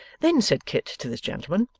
then said kit to this gentleman,